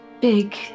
big